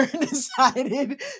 decided